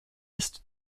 ist